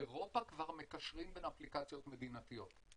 באירופה כבר מקשרים בין אפליקציות מדינתיות.